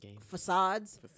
facades